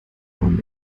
man